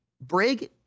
Brig